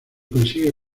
consigue